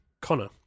Connor